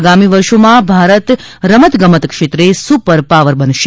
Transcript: આગામી વર્ષોમાં ભારત રમત ગમત ક્ષેત્રે સુપર પાવર બનશે